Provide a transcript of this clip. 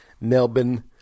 Melbourne